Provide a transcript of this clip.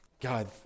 God